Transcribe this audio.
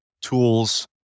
tools